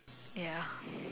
ya